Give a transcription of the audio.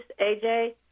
AJ